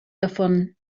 davon